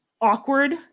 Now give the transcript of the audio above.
awkward